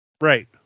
right